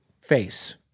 face